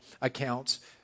accounts